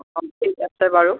অঁ ঠিক আছে বাৰু